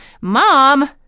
Mom